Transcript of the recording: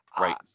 Right